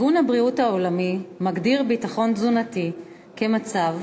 ארגון הבריאות העולמי מגדיר ביטחון תזונתי כמצב